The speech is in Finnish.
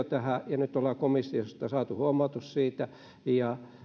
tähän ja nyt olemme komissiosta saaneet huomautuksen siitä ja